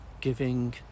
giving